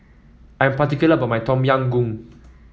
I'm particular about my Tom Yam Goong